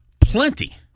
plenty